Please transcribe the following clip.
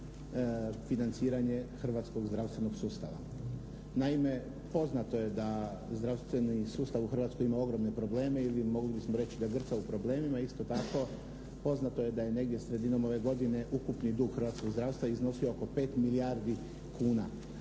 na financiranje hrvatskog zdravstvenog sustava. Naime, poznato je da zdravstveni sustav u Hrvatskoj ima ogromne probleme ili mogli bismo reći da grca u problemima i isto tako poznato je da je negdje sredinom ove godine ukupni dug hrvatskog zdravstva iznosio oko 5 milijardi kuna.